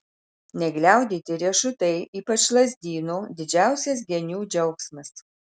negliaudyti riešutai ypač lazdyno didžiausias genių džiaugsmas